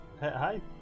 Hi